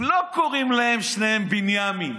לא קוראים לשניהם בנימין.